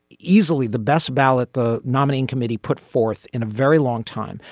easily the best ballot the nominating committee put forth in a very long time,